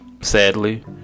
Sadly